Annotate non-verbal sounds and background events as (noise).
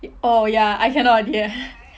oh ya I cannot already eh (laughs)